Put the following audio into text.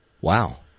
Wow